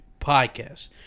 podcast